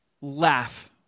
laugh